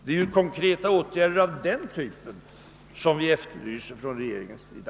Det är konkreta åtgärder av den typen som vi efterlyst från regeringens sida.